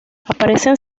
aparecen